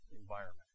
environment